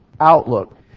outlook